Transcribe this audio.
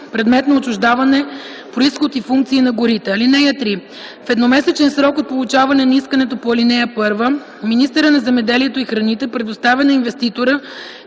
предмет на отчуждаване, произход и функции на горите. (3) В едномесечен срок от получаване на искането по ал. 1 министърът на земеделието и храните предоставя на инвеститора